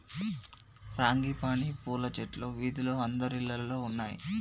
frangipani పూల చెట్లు వీధిలో అందరిల్లల్లో ఉన్నాయి